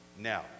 Now